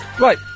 Right